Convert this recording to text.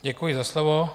Děkuji za slovo.